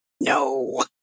No